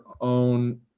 own